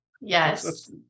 yes